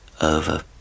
over